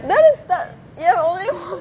that is tha~ ya only one